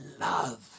love